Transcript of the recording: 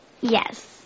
Yes